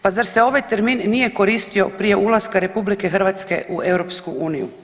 Pa zar se ovaj termin nije koristio prije ulaska RH u EU?